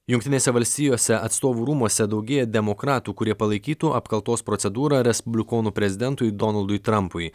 jungtinėse valstijose atstovų rūmuose daugėja demokratų kurie palaikytų apkaltos procedūrą respublikonų prezidentui donaldui trampui